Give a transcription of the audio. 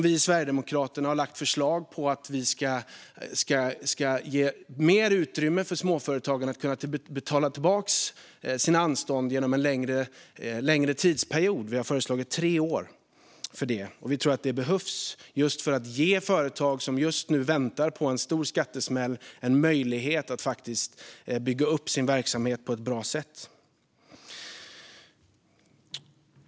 Vi i Sverigedemokraterna har lagt fram förslag om att det ska ges mer utrymme för småföretagen att kunna betala tillbaka det som de har fått anstånd med under en längre tidsperiod. Vi har föreslagit tre år. Vi tror att det behövs just för att ge företag som just nu väntar på en stor skattesmäll en möjlighet att faktiskt bygga upp sin verksamhet på ett bra sätt.